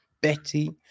Betty